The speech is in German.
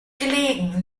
gelegen